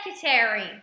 Secretary